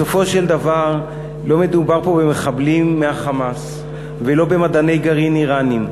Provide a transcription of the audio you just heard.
בסופו של דבר לא מדובר פה במחבלים מה"חמאס" ולא במדעני גרעין איראנים.